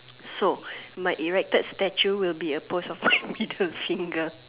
so my erected statute will be a pose of a middle finger